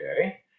Okay